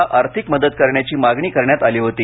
ला आर्थिक मदत करण्याची मागणी करण्यात आली होती